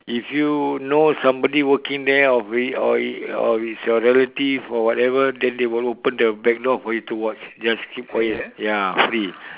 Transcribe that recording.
if you now somebody working there or or or is your relative or whatever then they will open the back door for you to watch just keep quiet ya free